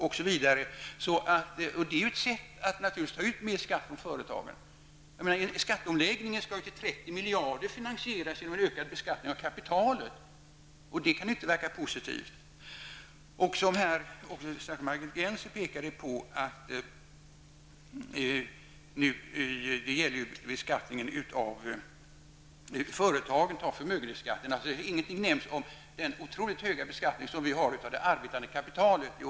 Det är ju naturligtvis ett sätt att ta ut mer skatt från företagen. Skatteomläggningen skall ju till 30 miljarder finansieras genom en ökad beskattning av kapitalet. Det kan inte verka positivt. Margit Gennser pekade också på beskattningen av förmögenhetsskatten. Ingenting nämns om den otroligt höga beskattning som vi har på det arbetande kapitalet.